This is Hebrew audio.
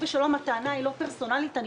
בדרכים בצלאל סמוטריץ':